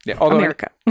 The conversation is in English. America